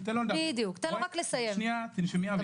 תנשמי אוויר.